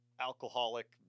alcoholic